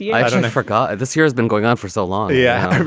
yeah i forgot. and this year has been going on for so long yeah,